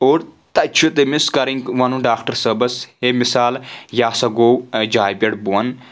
اور تَتہِ چھُ تٔمِس کرٕنۍ ونُن ڈاکٹر صٲبس ہے مِثال یہِ ہسا گوٚو جاے پؠٹھ بۄن